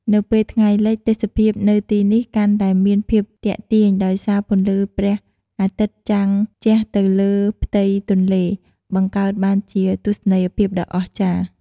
នៅពេលថ្ងៃលិច ទេសភាពនៅទីនេះកាន់តែមានភាពទាក់ទាញ ដោយសារពន្លឺព្រះអាទិត្យចាំងជះទៅលើផ្ទៃទន្លេ បង្កើតបានជាទស្សនីយភាពដ៏អស្ចារ្យ ។